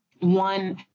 One